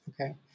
Okay